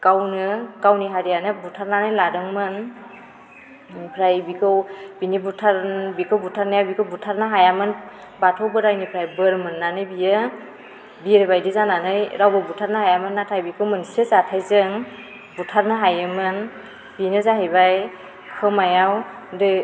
गावनो गावनि हारियानो बुथारननै लादोंमोन ओमफ्राय बिखौ बेनि बुथार बेखौ बुथारनाया बिखौ बुथारनो हायामोन बाथौ बोराइनिफ्राय बोर मोन्नानै बियो बिर बायदि जानानै रावबो बुथारनो हायामोन नाथाइ बिखौ मोनसे जाथाइजों बुथारनो हायोमोन बेनो जाहैबाय खोमायाव दै